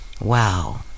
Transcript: Wow